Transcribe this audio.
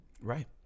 Right